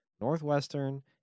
Northwestern